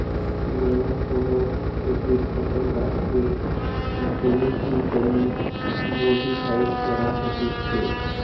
মেলা সময় উদ্ভিদ, ফসল, গাছেকে জেনেটিক্যালি মডিফাইড করা হতিছে